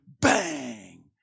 bang